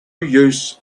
use